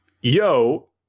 Yo